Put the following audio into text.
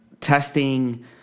testing